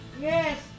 Yes